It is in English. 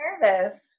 nervous